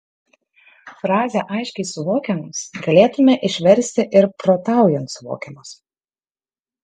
frazę aiškiai suvokiamos galėtumėme išversti ir protaujant suvokiamos